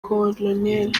col